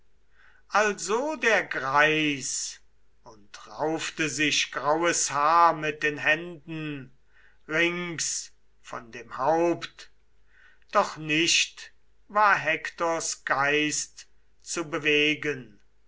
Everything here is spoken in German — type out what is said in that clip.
also der greis und raufte sich graues haar mit den händen rings von dem haupt doch nicht war hektors geist zu bewegen